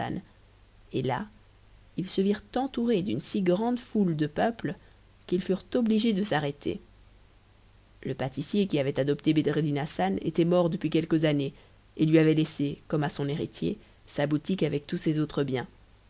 et là ils se virent entourés d'une si grande foule de peuple qu'ils furent obligés de s'arrêter le pâtissier qui avait adopté bedreddin hassan était mort depuis quelques années et lui avait laissé comme à son héritier sa boutique avec tous ses autres biens